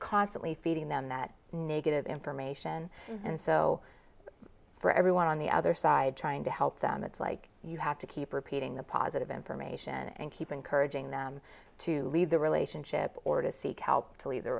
constantly feeding them that negative information and so for everyone on the other side trying to help them it's like you have to keep repeating the positive information and keep encouraging them to leave the relationship or to seek help to leave the